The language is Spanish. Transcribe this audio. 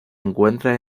encuentra